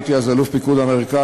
הייתי אז אלוף פיקוד המרכז,